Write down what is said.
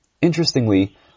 Interestingly